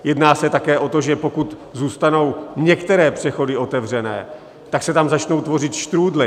Jedná se také o to, že pokud zůstanou některé přechody otevřené, tak se tam začnou tvořit štrúdly.